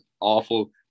awful